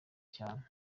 cyane